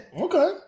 Okay